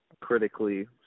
critically